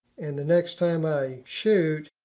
and the next time i shoot,